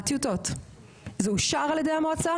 זה אושר על ידי המועצה?